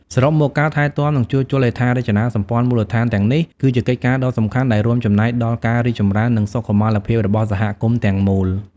សរុបមក ការថែទាំ និងជួសជុលហេដ្ឋារចនាសម្ព័ន្ធមូលដ្ឋានទាំងនេះ គឺជាកិច្ចការដ៏សំខាន់ដែលរួមចំណែកដល់ការរីកចម្រើន និងសុខុមាលភាពរបស់សហគមន៍ទាំងមូល។